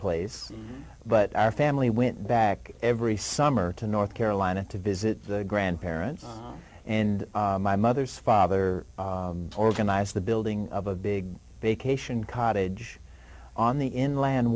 place but our family went back every summer to north carolina to visit the grandparents and my mother's father organized the building of a big vacation cottage on the inland